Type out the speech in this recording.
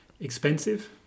Expensive